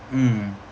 mm